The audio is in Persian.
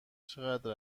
چقدر